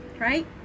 right